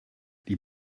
die